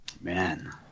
Man